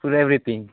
for everything